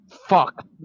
fuck